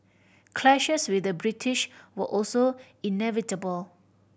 clashes with the British were also inevitable